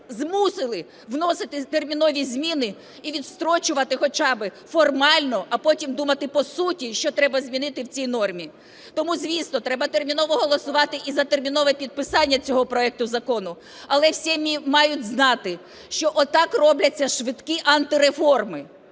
змусили вносити термінові зміни і відстрочувати хоча би формально, а потім думати по суті, що треба змінити в цій нормі. Тому, звісно, треба терміново голосувати і за термінове підписання цього проекту закону, але всі мають знати, що отак робляться швидкі антиреформи.